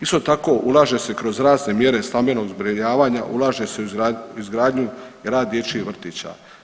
Isto tako ulaže se kroz razne mjere stambenog zbrinjavanja, ulaže se u izgradnju grad dječjih vrtića.